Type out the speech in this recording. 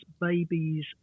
babies